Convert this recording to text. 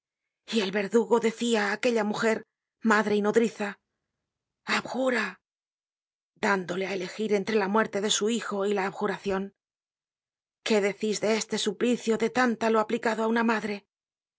y el verdugo decia á aquella mujer madre y nodriza abjura dándole á elegir entre la muerte de su hijo y la abjuracion qué decís de este suplicio de tántalo aplicado á una madre